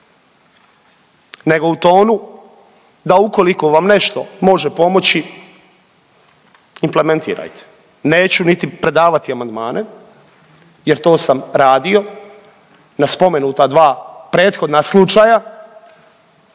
nego u tonu da ukoliko vam nešto može pomoći, implementirajte, neću niti predavati amandmane jer to sam radio na spomenuta dva prethodna slučaja,